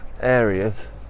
areas